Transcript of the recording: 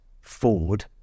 Ford